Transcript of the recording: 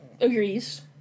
agrees